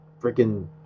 freaking